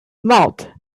mouth